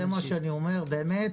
באמת